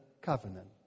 covenant